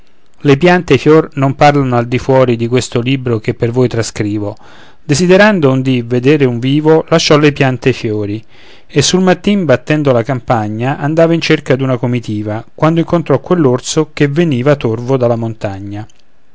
le piante e i fior non parlano al di fuori di questo libro che per voi trascrivo desiderando un dì vedere un vivo lasciò le piante e i fiori e sul mattin battendo la campagna andava in cerca d'una comitiva quando incontrò quell'orso che veniva torvo dalla montagna